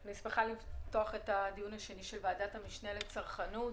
אני שמחה לפתוח את הדיון השני של ועדת המשנה לצרכנות.